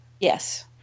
Yes